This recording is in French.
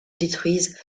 détruisent